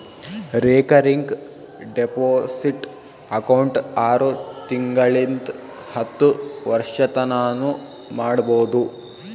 recurring deposit account ಆರು ತಿಂಗಳಿಂತ್ ಹತ್ತು ವರ್ಷತನಾನೂ ಮಾಡ್ಬೋದು